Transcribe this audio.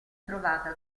trovata